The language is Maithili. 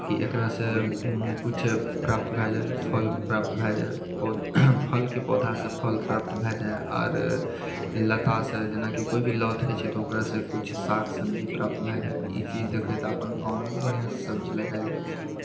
की एकरासँ किछु प्राप्त भए जाए फल प्राप्त भए जाए फलके पौधासँ फल प्राप्त भए जाए आर लतासँ जेनाकी कोइ भी लति होइत छै ओकरासँ किछु साग सब्जी प्राप्त भए जाए ई चीज देखैत अपन गाँवमे बढ़िआसँ सब्जी लगाएल जाइत छै